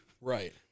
right